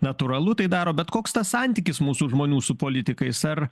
natūralu tai daro bet koks tas santykis mūsų žmonių su politikais ar